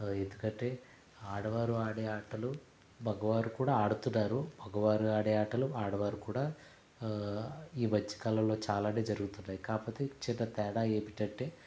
ఎందుకంటే ఆడవారు ఆడే ఆటలు మగవారు కూడా ఆడుతున్నారు మగవారు ఆడే ఆటలు ఆడవారు కూడా ఈ మధ్యకాలంలో చాలానే జరుగుతున్నాయి కాకపోతే చిన్న తేడా ఏమిటంటే